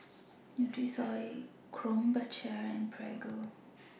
Nutrisoy Krombacher and Prego